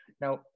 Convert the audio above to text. Now